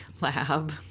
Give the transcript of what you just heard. lab